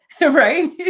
right